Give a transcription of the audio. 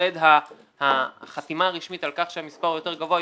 מועד החתימה הרשמית על כך שהמספר הוא יותר גבוה,